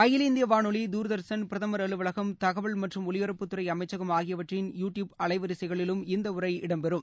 அகில இந்திய வானொலி தூர்தா்ஷன் பிரதமா் அலுவலகம் தகவல் மற்றும் ஒலிபரப்புத்துறை அமைச்சகம் ஆகியவற்றின் யூ டியுப் அலைவரிசைகளிலும் இந்த உரை இடம்பெறும்